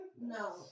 No